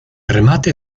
remate